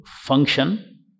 function